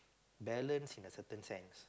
balance in a certain sense